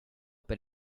but